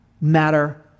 matter